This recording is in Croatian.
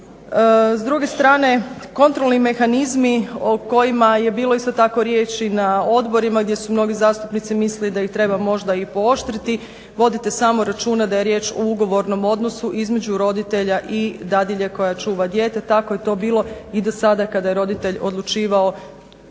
S druge strane kontrolni mehanizmi o kojima je bilo isto tako riječi na odborima gdje su mnogi zastupnici mislili da ih treba možda i pooštriti vodite samo računa da je riječ o ugovornom odnosu između roditelja i dadilje koja čuva dijete, tako je to bilo i do sada kada je roditelj odlučivao